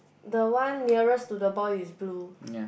the one nearest to the boy is blue